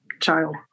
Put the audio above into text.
child